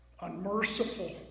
Unmerciful